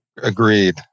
Agreed